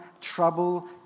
trouble